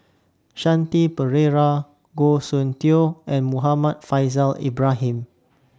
Shanti Pereira Goh Soon Tioe and Muhammad Faishal Ibrahim